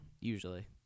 usually